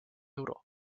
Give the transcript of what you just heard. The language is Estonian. euro